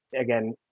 again